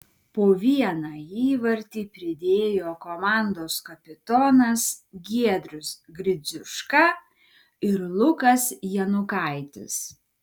po vieną įvartį pridėjo komandos kapitonas giedrius gridziuška ir lukas janukaitis